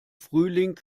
frühling